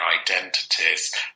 identities